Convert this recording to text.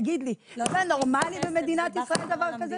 תגיד לי, זה נורמלי במדינת ישראל דבר כזה?